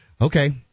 Okay